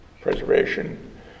preservation